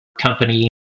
company